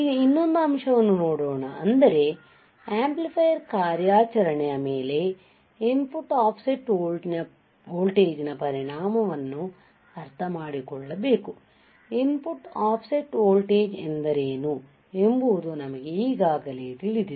ಈಗ ಇನ್ನೊಂದು ಅಂಶವನ್ನು ನೋಡೋಣ ಅಂದರೆ ಆಂಪ್ಲಿಫಯರ್ ಕಾರ್ಯಾಚರಣೆಯ ಮೇಲೆ ಇನ್ಪುಟ್ ಆಫ್ಸೆಟ್ ವೋಲ್ಟೇಜ್ನ ಪರಿಣಾಮವನ್ನು ಅರ್ಥಮಾಡಿಕೊಳ್ಳಬೇಕು ಇನ್ಪುಟ್ ಆಫ್ಸೆಟ್ ವೋಲ್ಟೇಜ್ ಎಂದರೇನು ಎಂಬುದು ನಮಗೆ ಈಗಾಗಲೇ ತಿಳಿದಿದೆ